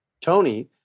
Tony